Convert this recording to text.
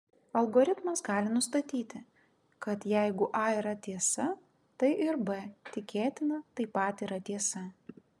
algoritmas gali nustatyti kad jeigu a yra tiesa tai ir b tikėtina taip pat yra tiesa